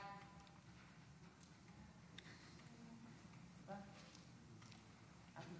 סעיף